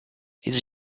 it’s